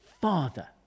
Father